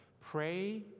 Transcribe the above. pray